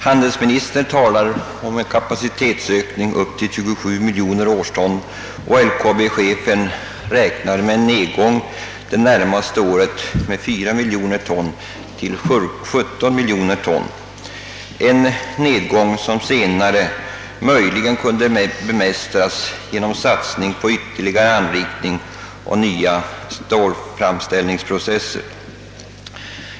Handelsministern talar om en kapacitetsökning upp till 27 miljoner årston och LKAB-chetfen räknar med en nedgång det närmaste året med 4 miljoner ton till cirka 17 miljoner ton — en neågång som senare möjligen kunde bemästras genom satsning på ytterligare anrikning och nya stålframställningsprocesser.